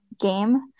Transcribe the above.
game